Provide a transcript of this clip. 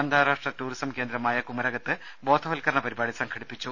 അന്താരാഷ്ട്ര ടൂറിസം കേന്ദ്രമായ കുമരകത്ത് ബോധവൽക്കരണ പരിപാടി സംഘടിപ്പിച്ചു